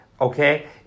okay